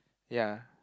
ya